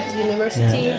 university